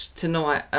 tonight